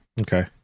Okay